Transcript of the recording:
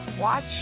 watch